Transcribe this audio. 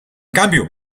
cambio